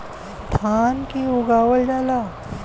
धान के उगावल जाला